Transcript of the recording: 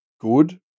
good